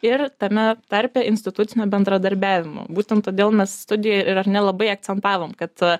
ir tame tarpe institucinio bendradarbiavimo būtent todėl mes studijoj ir ar ne labai akcentavom kad